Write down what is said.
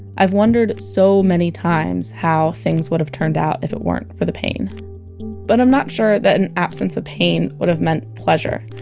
i've wondered so many times how things would have turned out if it weren't for the pain but i'm not sure that an absence of pain would have meant pleasure.